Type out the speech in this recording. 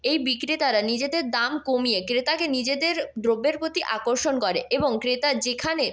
এই বিক্রেতারা নিজেদের দাম কমিয়ে ক্রেতাকে নিজেদের দ্রব্যের প্রতি আকর্ষণ করে এবং ক্রেতার যেখানে